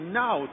now